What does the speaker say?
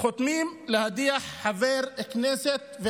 חותמים להדיח חבר כנסת.